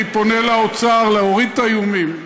אני פונה לאוצר להוריד את האיומים,